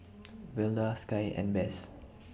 Velda Sky and Bess